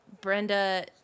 Brenda